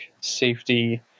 safety